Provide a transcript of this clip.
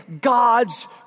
God's